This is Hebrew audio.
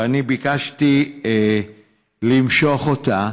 ואני ביקשתי למשוך אותה.